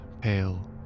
pale